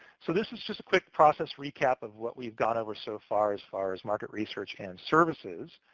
so this is just a quick process recap of what we've gone over so far, as far as market research and services.